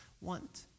want